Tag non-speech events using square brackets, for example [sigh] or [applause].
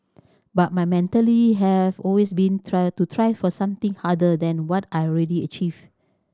but my mentality has always been [unintelligible] to try for something harder than what I had already achieved